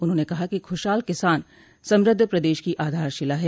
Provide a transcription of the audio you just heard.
उन्होंने कहा कि खुशहाल किसान समृद्ध प्रदेश की आधारशिला है